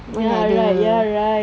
ya right ya right